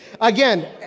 Again